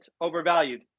overvalued